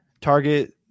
target